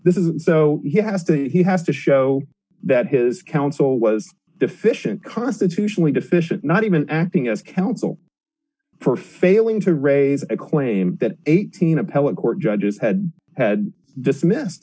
this is and so he has to he has to show that his counsel was deficient constitutionally deficient not even acting as counsel for failing to raise a claim that eighteen appellate court judges had had dismissed